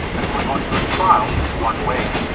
and going onto a trial is one way.